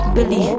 Billy